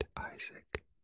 Isaac